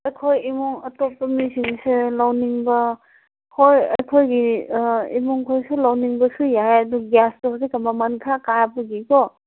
ꯑꯩꯈꯣꯏ ꯏꯃꯨꯡ ꯑꯇꯣꯞꯄ ꯃꯤꯁꯤꯡꯁꯦ ꯂꯧꯅꯤꯡꯕ ꯍꯣꯏ ꯑꯩꯈꯣꯏꯒꯤ ꯏꯃꯨꯡꯈꯣꯏꯁꯨ ꯂꯧꯅꯤꯡꯕꯁꯨ ꯌꯥꯏ ꯑꯗꯨ ꯒ꯭ꯌꯥꯁꯇꯨ ꯍꯧꯖꯤꯛꯇ ꯃꯃꯟ ꯈꯔ ꯀꯥꯔꯛꯄꯒꯤꯀꯣ